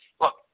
Look